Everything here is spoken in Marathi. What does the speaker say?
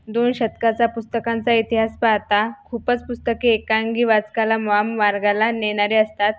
दोन शतकाचा पुस्तकांचा इतिहास पाहता खूपच पुस्तके एकांगी वाचकाला वाम मार्गाला नेणारे असतात